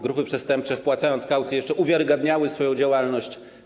Grupy przestępcze, wpłacając kaucję, jeszcze uwiarygadniały swoją działalność.